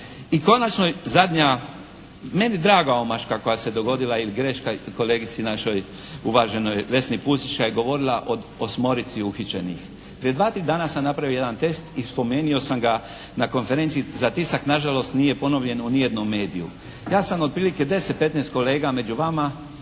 I konačno, zadnja meni draga omaška koja se dogodila ili greška kolegici našoj uvaženoj Vesni Pusić kada je govorila o osmorici uhićenih. Prije dva, tri dana sam napravio jedan test i spomenio sam ga na konferenciji za tisak. Nažalost nije ponovljen u nijednom mediju. Ja sam otprilike 10, 15 kolega među vama